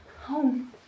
Home